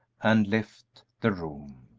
and left the room.